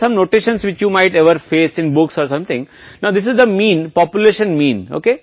अब इसका मतलब है जनसंख्या का मतलब है यह नमूना मतलब ठीक है